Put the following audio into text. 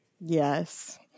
Yes